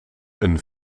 een